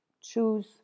choose